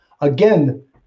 Again